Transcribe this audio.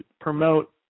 promote